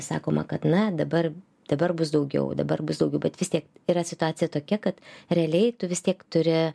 sakoma kad na dabar dabar bus daugiau dabar bus daugiau bet vis tiek yra situacija tokia kad realiai tu vis tiek turi